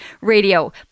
radio